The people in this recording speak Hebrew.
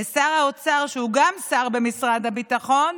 לשר האוצר, שהוא גם שר במשרד הביטחון,